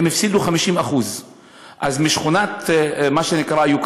הם הפסידו 50%. אז משכונת יוקרה,